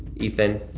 ethan,